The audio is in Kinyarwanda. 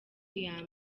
iya